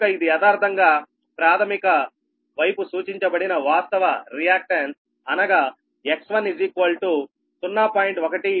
కనుక ఇది యదార్ధంగా ప్రాథమిక వైపు సూచించబడిన వాస్తవ రియాక్టన్స్ అనగా X1 0